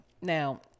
Now